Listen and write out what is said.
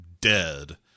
dead